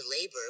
labor